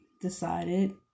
decided